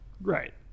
Right